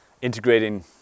integrating